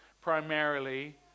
primarily